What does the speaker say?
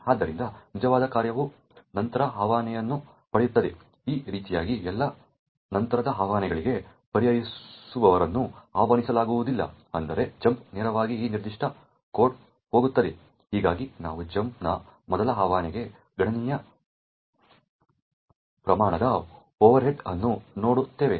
ಆದ್ದರಿಂದ ನಿಜವಾದ ಕಾರ್ಯವು ನಂತರ ಆವಾಹನೆಯನ್ನು ಪಡೆಯುತ್ತದೆ ಈ ರೀತಿಯಾಗಿ ಎಲ್ಲಾ ನಂತರದ ಆವಾಹನೆಗಳಿಗೆ ಪರಿಹರಿಸುವವರನ್ನು ಆಹ್ವಾನಿಸಲಾಗುವುದಿಲ್ಲ ಆದರೆ ಜಂಪ್ ನೇರವಾಗಿ ಈ ನಿರ್ದಿಷ್ಟ ಕೋಡ್ಗೆ ಹೋಗುತ್ತದೆ ಹೀಗಾಗಿ ನಾವು ಜಂಪ್ನ ಮೊದಲ ಆವಾಹನೆಗೆ ಗಣನೀಯ ಪ್ರಮಾಣದ ಓವರ್ಹೆಡ್ ಅನ್ನು ನೋಡುತ್ತೇವೆ